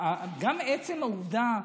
גם עצם העובדה,